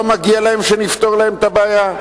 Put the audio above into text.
לא מגיע להם שנפתור להם את הבעיה?